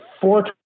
four